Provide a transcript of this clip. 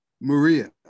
Maria